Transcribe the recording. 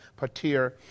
patir